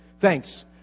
Thanks